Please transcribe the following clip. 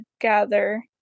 gather